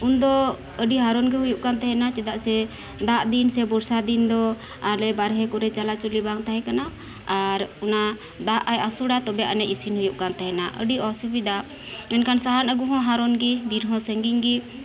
ᱩᱱᱫᱚ ᱟᱹᱰᱤ ᱦᱟᱨᱚᱱ ᱜᱮ ᱦᱩᱭᱩᱜ ᱠᱟᱱ ᱛᱟᱦᱮᱱᱟ ᱪᱮᱫᱟᱜ ᱥᱮ ᱫᱟᱜ ᱫᱤᱱ ᱥᱮ ᱵᱚᱨᱥᱟ ᱫᱤᱱ ᱫᱚ ᱟᱞᱮ ᱵᱟᱨᱦᱮ ᱠᱚᱨᱮ ᱪᱟᱞᱟ ᱪᱟᱹᱞᱤ ᱵᱟᱝ ᱛᱟᱦᱮᱸ ᱠᱟᱱᱟ ᱟᱨ ᱚᱱᱟ ᱫᱟᱜ ᱮ ᱟᱹᱥᱩᱲᱟ ᱛᱚᱵᱚ ᱟᱹᱱᱤᱡ ᱤᱥᱤᱱ ᱦᱩᱭᱩᱜ ᱠᱟᱱ ᱛᱟᱦᱮᱱᱟ ᱟᱹᱰᱤ ᱚᱥᱩᱵᱤᱫᱟ ᱢᱮᱱᱠᱷᱟᱱ ᱥᱟᱦᱟᱱ ᱟᱹᱜᱩ ᱦᱚᱸ ᱦᱟᱨᱚᱱ ᱜᱮ ᱵᱤᱨ ᱦᱚᱸ ᱥᱟᱺᱜᱤᱧ ᱜᱮ